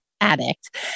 addict